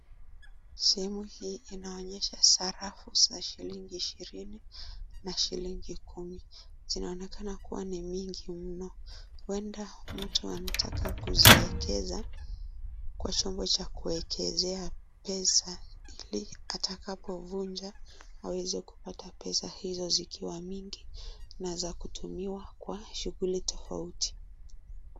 Sehemu hii inaonyesha sarafu za shilingi ishirini na shilingi kumi. Zinaonekana kuwa ni mingi mno huenda mtu anataka kuziekeza kwa chombo cha kuekezea pesa ili atakapovunja aweze kupata pesa hizo zikiwa mingi na za kutumiwa kwa shughuli tofauti.